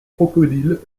crocodile